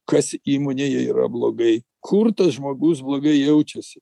kas įmonėje yra blogai kur tas žmogus blogai jaučiasi